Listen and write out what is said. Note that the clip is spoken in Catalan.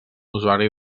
usuari